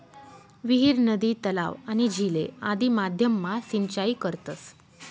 विहीर, नदी, तलाव, आणि झीले आदि माध्यम मा सिंचाई करतस